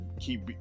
keep